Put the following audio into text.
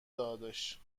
دادش